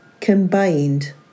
combined